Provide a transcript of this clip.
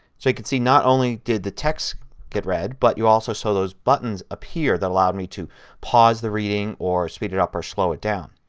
so you can see not only did the text get read but you also saw those buttons appear that allows me to pause the reading or speed it up or slow it down.